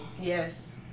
Yes